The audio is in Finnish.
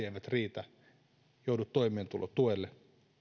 eivät riitä joudut toimeentulotuelle